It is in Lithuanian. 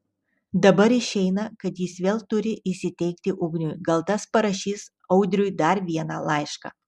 dabar išeina kad jis vėl turi įsiteikti ugniui gal tas parašys audriui dar vieną laišką